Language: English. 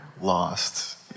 lost